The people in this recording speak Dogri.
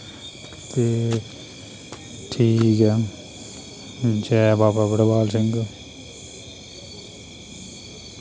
ते ठीक ऐ जै बाबा भड़वल सिंह